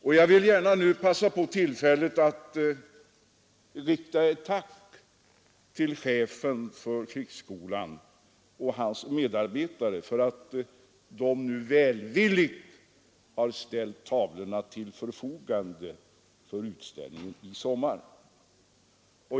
Och jag vill begagna tillfället att rikta ett tack till chefen för krigsskolan och hans medarbetare för att de nu välvilligt har ställt tavlorna till förfogande för utställningen i sommar.